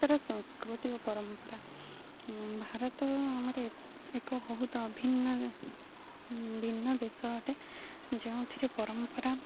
ତର ସଂସ୍କୃତି ଓ ପରମ୍ପରା ଭାରତ ଆମର ଏକ ବହୁତ ଅଭିନ୍ନ ଭିନ୍ନ ଦେଶ ଅଟେ ଯେଉଁଥିରେ ପରମ୍ପରା